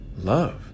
love